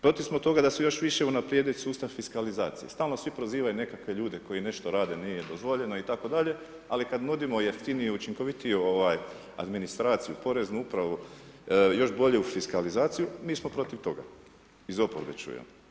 Protiv smo toga da se još više unaprijedi sustav fiskalizacije, stalno svi prozivaju nekakve ljude koji nešto rade nije im dozvoljeno itd. ali kad nudimo jeftiniju i učinkovitiju ovaj administraciju, poreznu upravu još bolju fiskalizaciju mi smo protiv toga iz oporbe čujem.